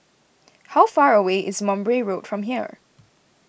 how far away is Mowbray Road from here